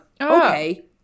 okay